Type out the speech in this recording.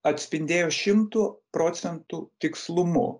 atspindėjo šimtu procentų tikslumu